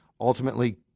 ultimately